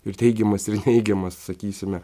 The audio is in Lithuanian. ir teigiamas ir neigiamas sakysime